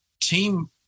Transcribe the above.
team